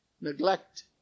neglect